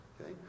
okay